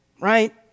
right